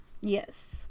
Yes